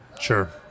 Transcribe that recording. sure